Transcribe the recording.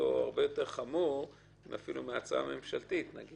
חמור אפילו מההצעה הממשלתית.